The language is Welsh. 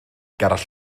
gerallt